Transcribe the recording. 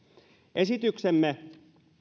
esityksemme